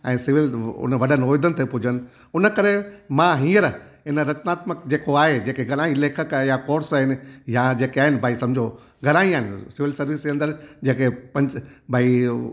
ऐं सिविल हुन वॾनि औहिदन ते पूजनि हुन करे मां हीअंर हिन रत्नामतक जेको आहे जेके घणा ई लेखक आहे या कोर्स आहिनि या जेके आहिनि भाई सम्झो घणा ई आहिनि सिविल सर्विस जे अंदरि जेके पंथ भाई